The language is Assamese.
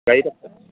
গাড়ী